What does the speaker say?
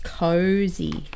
cozy